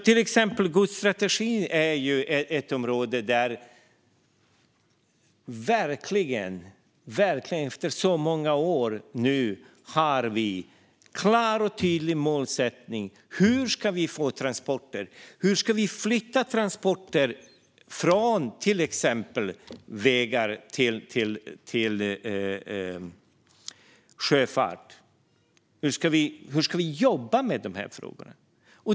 Till exempel godsstrategin är ett område där vi efter många år nu har en klar och tydlig målsättning för hur vi ska få transporterna att fungera. Det handlar om hur vi ska flytta transporter från till exempel vägar till sjöfart och om hur vi ska jobba med de här frågorna.